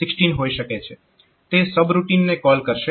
તે subroutine ને call કરશે